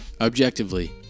Objectively